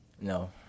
No